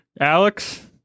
Alex